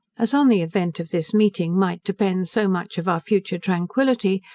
as on the event of this meeting might depend so much of our future tranquillity,